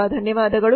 ತುಂಬ ಧನ್ಯವಾದಗಳು